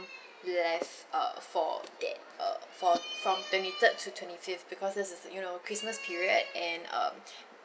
left uh for that uh for from twenty third to twenty fifth because this is you know christmas period and uh